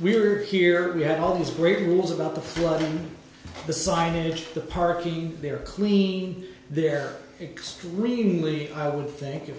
we were here we had all these great rules about the flooding the signage the parkie they are clean they're extremely i would think